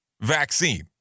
vaccine